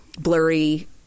blurry